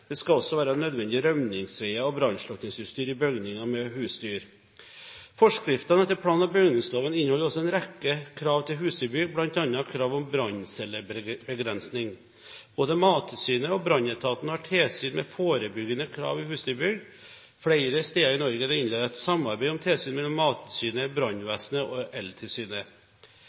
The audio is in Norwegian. Det skal også være nødvendige rømningsveier og brannslukningsutstyr i bygninger med husdyr. Forskrifter etter plan- og bygningsloven inneholder også en rekke krav til husdyrbygg, bl.a. krav om branncellebegrensning. Både Mattilsynet og brannetaten har tilsyn med forebyggende krav i husdyrbygg. Flere steder i Norge er det innledet et samarbeid om tilsyn mellom Mattilsynet, brannvesenet og eltilsynet.